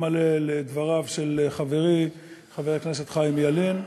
מלא לדבריו של חברי חבר הכנסת חיים ילין.